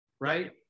right